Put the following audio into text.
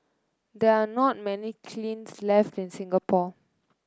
there are not many kilns left in Singapore